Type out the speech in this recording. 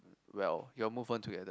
well you all move on together